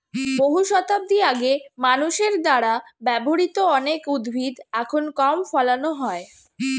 বহু শতাব্দী আগে মানুষের দ্বারা ব্যবহৃত অনেক উদ্ভিদ এখন কম ফলানো হয়